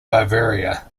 bavaria